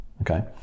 okay